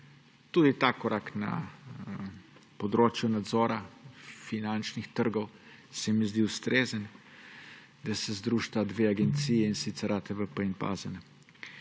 Tudi ta korak na področju nadzora finančnih trgov se mi zdi ustrezen, da se združita dve agenciji, in sicer ATVP in pa AZN.